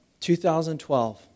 2012